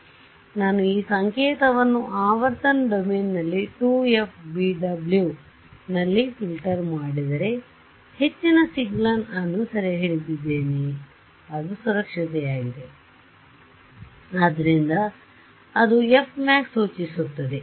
ಆದ್ದರಿಂದ ನಾನು ಈ ಸಂಕೇತವನ್ನು ಆವರ್ತನ ಡೊಮೇನ್ನಲ್ಲಿ 2f bw ನಲ್ಲಿ ಫಿಲ್ಟರ್ ಮಾಡಿದರೆ ನಾನು ಹೆಚ್ಚಿನ ಸಿಗ್ನಲ್ ಅನ್ನು ಸೆರೆಹಿಡಿದಿದ್ದೇನೆ ಅದು ಸುರಕ್ಷತೆಯಾಗಿದೆ ಆದ್ದರಿಂದ ಅದು f max ಸೂಚಿಸುತ್ತದೆ